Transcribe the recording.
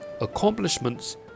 accomplishments